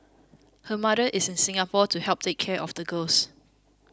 her mother is in Singapore to help take care of the girls